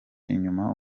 inyuma